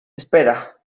espera